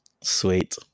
sweet